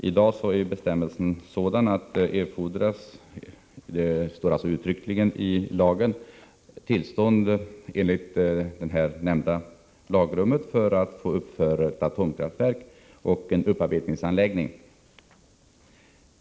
I dag anges det uttryckligen i lagen att prövning skall ske beträffande atomkraftverk och upparbetningsanläggningar.